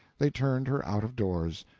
they turned her out of doors.